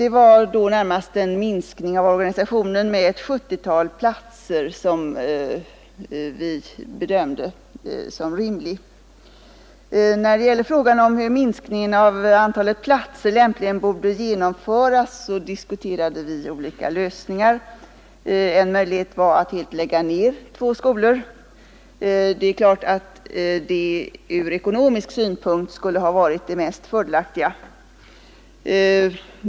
Det var då närmast en minskning av organisationen med ett sjuttiotal platser som vi bedömde som rimlig. När det gäller frågan om hur minskningen av antalet platser lämpligen borde genomföras diskuterade vi olika lösningar. En möjlighet var att helt lägga ner två skolor. Det är klart att det ur ekonomisk synpunkt skulle ha varit det mest fördelaktiga.